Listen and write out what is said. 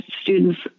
students